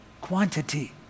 quantity